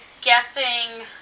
guessing